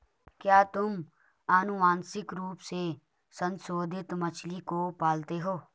क्या तुम आनुवंशिक रूप से संशोधित मछली को पालते हो?